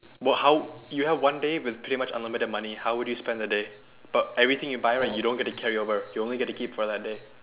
what how you have one day with pretty much unlimited money how would you spend the day but everything you buy right you don't get to carry it over you only get to keep it for that day